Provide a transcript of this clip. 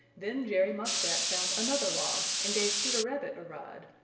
then jerry muskrat found another log and gave peter rabbit a ride.